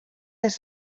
des